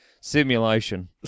simulation